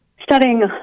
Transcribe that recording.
studying